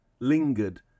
Lingered